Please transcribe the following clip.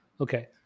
Okay